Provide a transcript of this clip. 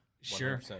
Sure